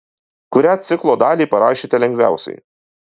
kurią ciklo dalį parašėte lengviausiai